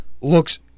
looks